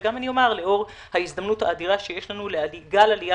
וגם לאור ההזדמנות האדירה שיש לנו לגל עלייה